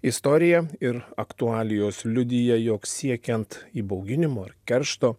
istorija ir aktualijos liudija jog siekiant įbauginimo ar keršto